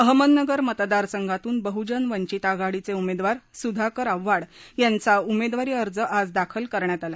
अहमदनगर मतदारसंघातून बहुजन वंचित आघाडीचे उमेदवार सुधाकर आव्हाड यांचा उमेदवारी अर्ज आज दाखल करण्यात आला